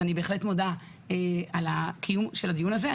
אז אני בהחלט מודה על הקיום של הדיון הזה.